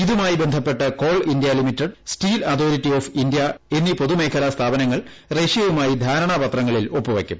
ഇതുമായി ബന്ധപ്പെട്ട് Coal India Limited Steel Authority of India എന്നീ പൊതുമേഖലാ സ്ഥാപനങ്ങൾ റഷ്യയുമായി ധാരണാപത്രങ്ങളിൽ ഒപ്പുവയ്ക്കും